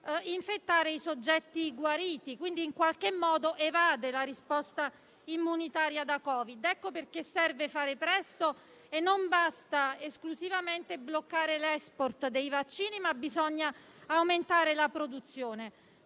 infettare i soggetti guariti, evadendo in qualche modo la risposta immunitaria da Covid. Ecco perché serve fare presto e non basta esclusivamente bloccare l'*export* dei vaccini, ma bisogna aumentarne la produzione.